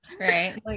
Right